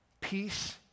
Peace